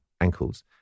ankles